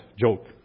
joke